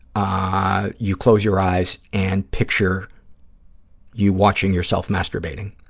ah you close your eyes and picture you watching yourself masturbating.